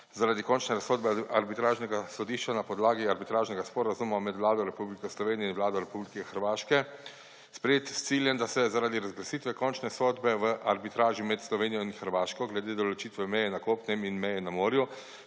zaradi končne razsodbe arbitražnega sodišča na podlagi Arbitražnega sporazuma med Vlado Republike Slovenije in Vlado Republike Hrvaške sprejet s ciljem, da se zaradi razglasitve končne sodbe v arbitraži med Slovenijo in Hrvaško glede določitve meje na kopnem in meje na morju